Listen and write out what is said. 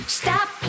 stop